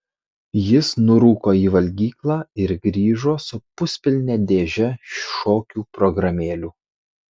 jis nurūko į valgyklą ir grįžo su puspilne dėže šokių programėlių